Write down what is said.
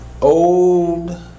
old